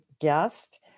guest